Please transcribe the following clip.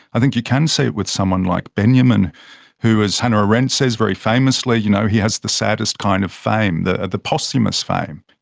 i think, you can say it with someone like benjamin who, as hannah arendt says, very famously, you know he has the saddest kind of fame, the the posthumous fame.